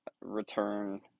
return